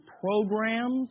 programs